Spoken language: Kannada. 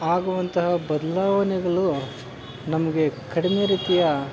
ಆಗುವಂತಹ ಬದ್ಲಾವಣೆಗಳು ನಮಗೆ ಕಡಿಮೆ ರೀತಿಯ